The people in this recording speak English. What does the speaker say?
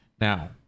now